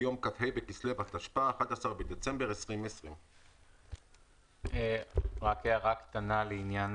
ביום כ"ה בכסלו התשפ"א (11 בדצמבר 2020). רק הערה קטנה לעניין